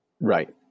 Right